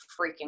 freaking